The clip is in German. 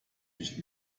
nicht